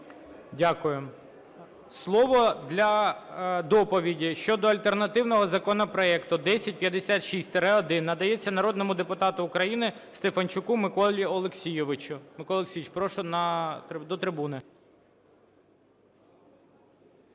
Дякую. Слово для доповіді щодо альтернативного законопроекту 1056-1 надається народному депутату України Стефанчуку Миколі Олексійовичу. Микола Олексійович, прошу на… до трибуни.